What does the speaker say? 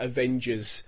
Avengers